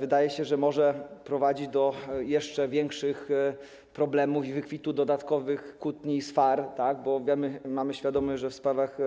Wydaje się, że może to prowadzić do jeszcze większych problemów i wykwitu dodatkowych kłótni i swarów, bo wiemy, mamy świadomość, że w sprawach